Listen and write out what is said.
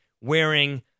wearing